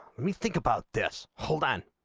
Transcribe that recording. me think about this whole and